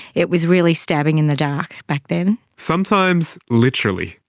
it was really stabbing in the dark back then. sometimes literally.